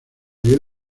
dio